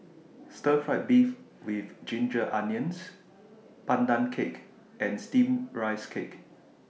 Stir Fry Beef with Ginger Onions Pandan Cake and Steamed Rice Cake